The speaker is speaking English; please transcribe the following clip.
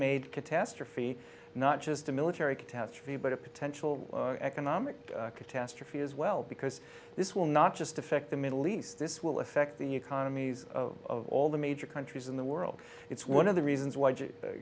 made catastrophe not just a military catastrophe but a potential economic catastrophe as well because this will not just affect the middle east this will affect the economies of all the major countries in the world it's one of the reasons